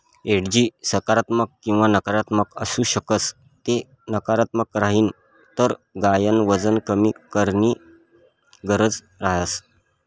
एडिजी सकारात्मक किंवा नकारात्मक आसू शकस ते नकारात्मक राहीन तर गायन वजन कमी कराणी गरज रहस